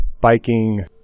biking